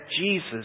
Jesus